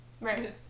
Right